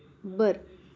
बरं